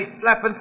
slapping